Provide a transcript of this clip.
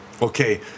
okay